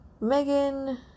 Megan